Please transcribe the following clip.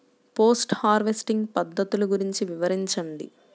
Post harvesting పద్ధతులు గురించి వివరించండి?